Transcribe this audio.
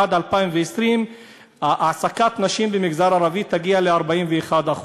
עד 2020 העסקת נשים במגזר הערבי תגיע ל-41%